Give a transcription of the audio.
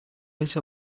bit